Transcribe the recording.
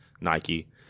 Nike